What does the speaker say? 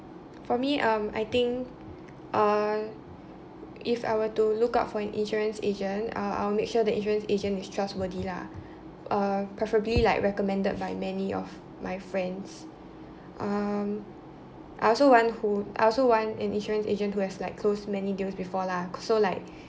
for me um I think uh if I were to look up for an insurance agent I'll I'll make sure the insurance is trustworthy lah uh preferably like recommended by like many of my friends um I also want who I also want an insurance agent who has like closed many deals before lah so like